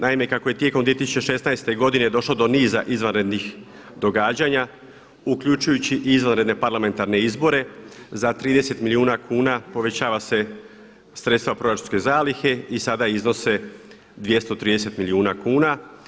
Naime, kako je tijekom 2016. godine došlo do niza izvanrednih događanja uključujući i izvanredne parlamentarne izbore za 30 milijuna kuna povećava se sredstva proračunske zalihe i sada iznose 230 milijuna kuna.